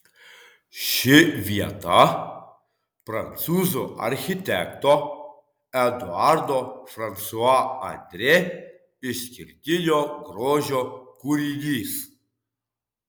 ši vieta prancūzų architekto eduardo fransua andrė išskirtinio grožio kūrinys